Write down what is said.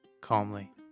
calmly